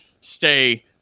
stay